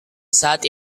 saat